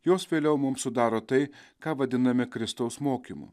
jos vėliau mum sudaro tai ką vadiname kristaus mokymu